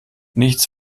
nichts